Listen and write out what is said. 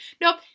Nope